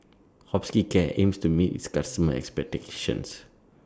Hospicare aims to meet its customers' expectations